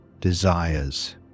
desires